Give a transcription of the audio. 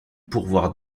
pourvoir